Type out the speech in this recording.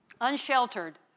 unsheltered